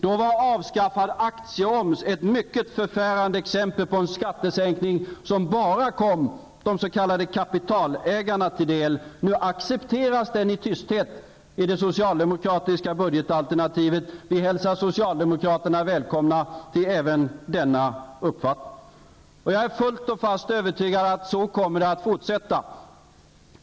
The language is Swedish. Då var avskaffad aktie-oms ett mycket förfärande exempel på en skattesänkning som bara kom de s.k. kapitalägarna till del. Nu accepteras den sänkningen i tysthet i det socialdemokratiska budgetalternativet. Vi hälsar socialdemokraterna välkomna till även denna uppfattning. Jag är fullt och fast övertygad att så kommer det att fortsätta.